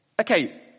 Okay